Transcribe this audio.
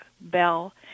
bell